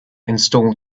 install